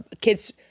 Kids